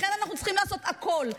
לכן אנחנו צריכים לעשות הכול,